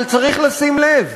אבל צריך לשים לב,